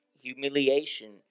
humiliation